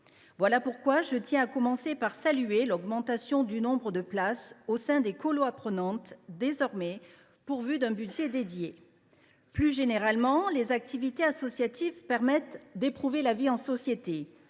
Voilà pourquoi je tiens à commencer par saluer l’augmentation du nombre de places au sein des « colos apprenantes », désormais pourvues d’un budget dédié. Plus généralement, les activités associatives permettent d’éprouver la vie en société,